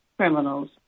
criminals